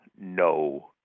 no